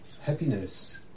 happiness